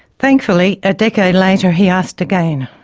thankfully, a decade later, he asked again.